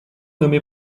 nommé